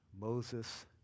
Moses